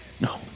No